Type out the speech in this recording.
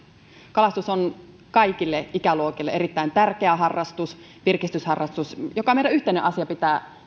kalastus on kaikille ikäluokille erittäin tärkeä harrastus virkistysharrastus ja on meidän yhteinen asiamme pitää